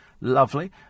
lovely